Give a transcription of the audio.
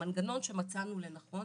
המנגנון שמצאנו לנכון,